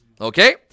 okay